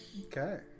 Okay